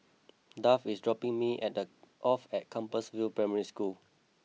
Duff is dropping me at the off at Compassvale Primary School